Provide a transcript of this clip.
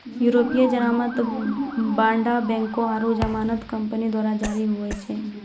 यूरोपीय जमानत बांड बैंको आरु जमानत कंपनी द्वारा जारी होय छै